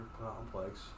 complex